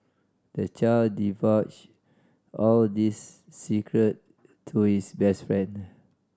the child divulged all this secret to his best friend